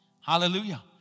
Hallelujah